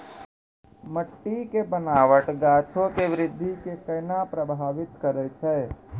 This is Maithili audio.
मट्टी के बनावट गाछो के वृद्धि के केना प्रभावित करै छै?